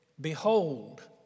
Behold